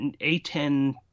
A10